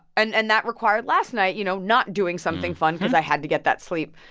and and that required last night, you know, not doing something fun cause i had to get that sleep.